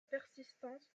persistance